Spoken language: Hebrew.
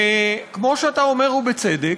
כמו שאתה אומר, ובצדק,